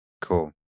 cool